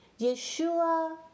Yeshua